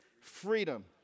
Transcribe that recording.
freedom